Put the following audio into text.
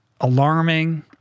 alarming